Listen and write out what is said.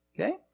okay